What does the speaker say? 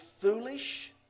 foolish